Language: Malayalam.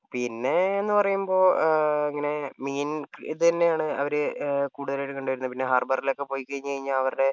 പിന്നെയെന്ന് പറയുമ്പോൾ ഇങ്ങനെ മീൻ തന്നെയാണ് അവർ കൂടുതലായിട്ടും കണ്ടുവരുന്നത് പിന്നെ ഹാർബറിലൊക്കെ പോയി കഴിഞ്ഞ് കഴിഞ്ഞാൽ അവരുടെ